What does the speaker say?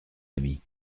ami